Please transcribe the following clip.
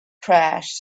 trash